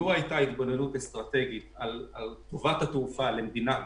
לו היתה התבוננות אסטרטגית על טובת התעופה למדינה,